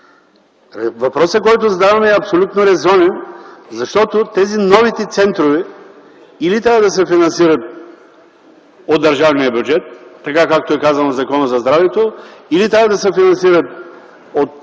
Въпросът, който задаваме, е абсолютно резонен, защото новите центрове или трябва да се финансират от държавния бюджет, както е казано в Закона за здравето, или трябва да се финансират от